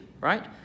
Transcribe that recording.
right